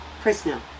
prisoner